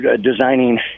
designing